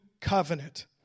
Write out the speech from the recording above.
covenant